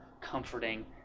comforting